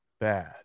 bad